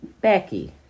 Becky